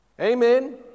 Amen